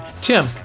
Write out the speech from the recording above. Tim